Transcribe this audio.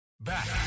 Back